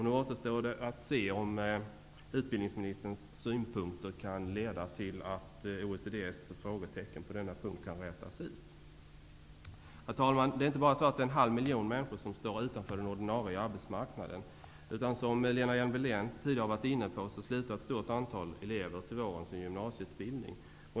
Nu återstår det att se om utbildningsministerns synpunkter kan leda till att OECD:s frågetecken på denna punkt kan rätas ut. Herr talman! Det är inte bara så att det är en halv miljon människor som står utanför den ordinarie arbetsmarknaden. Som Lena Hjelm-Wallén nämnde tidigare, slutar ett stort antal elever sin gymnasieutbildning till våren.